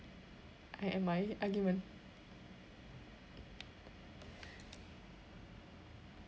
I am my argument